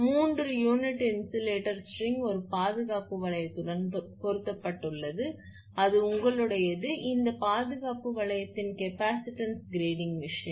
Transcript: மூன்று unit insulator string ஒரு பாதுகாப்பு வளையத்துடன் பொருத்தப்பட்டுள்ளது அது உங்களுடையது இந்த பாதுகாப்பு வளையத்தின் கெப்பாசிட்டன்ஸ் கிரேடிங் விஷயம்